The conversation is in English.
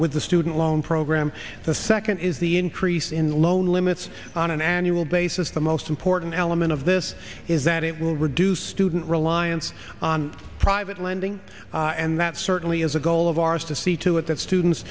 with the student loan program the second is the increase in loan limits on an annual basis the most important element of this is that it will reduce student reliance on private lending and that certainly is a goal of ours to see to it that students